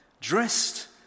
dressed